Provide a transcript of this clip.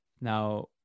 now